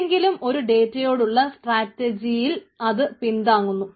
ഏതെങ്കിലും ഒരു ഡേറ്റയോടുള്ള സ്ട്രാറ്റജിയിൽ അതു പിന്താങ്ങുന്നു